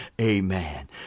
Amen